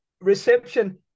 reception